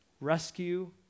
rescue